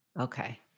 Okay